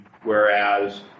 Whereas